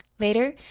later,